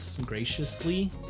graciously